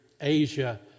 Asia